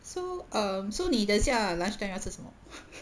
so um so 你等一下 lunch time 要吃什么